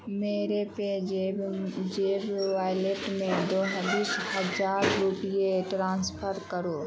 میرے پےجیب جیب والیٹ میں دو ہو بیس ہزار روپیے ٹرانسفر کرو